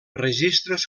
registres